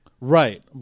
Right